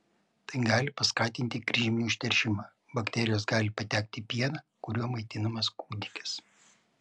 tai gali paskatinti kryžminį užteršimą bakterijos gali patekti į pieną kuriuo maitinamas kūdikis